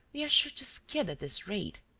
we are sure to skid, at this rate.